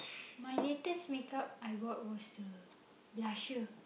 my latest make-up I got was the blusher